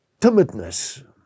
timidness